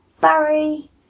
Barry